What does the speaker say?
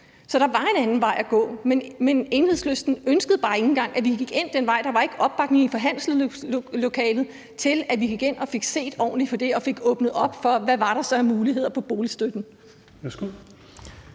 Så der var en anden vej at gå, men Enhedslisten ønskede bare ikke engang, at vi gik ind på den vej. Der var ikke opbakning i forhandlingslokalet til, at vi gik ind og fik set ordentligt på det og fik åbnet op for, hvad der så var af muligheder med boligstøtten.